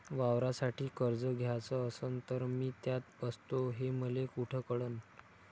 वावरासाठी कर्ज घ्याचं असन तर मी त्यात बसतो हे मले कुठ कळन?